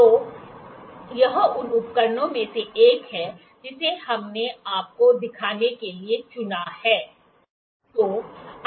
तो यह उन उपकरणों में से एक है जिसे हमने आपको दिखाने के लिए चुना है